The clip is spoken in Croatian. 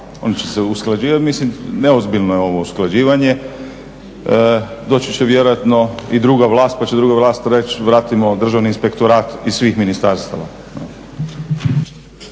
oni će se usklađivati. Mislim, neozbiljno je ovo usklađivanje. Doći će vjerojatno i druga vlast, pa će druga vlast reći vratimo Državni inspektorat iz svih ministarstava.